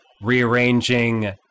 rearranging